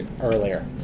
earlier